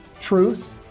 Truth